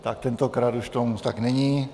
Tak tentokrát už tomu tak není.